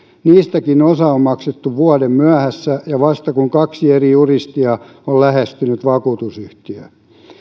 niistäkin osa on maksettu vuoden myöhässä ja vasta kun kaksi eri juristia on lähestynyt vakuutusyhtiötä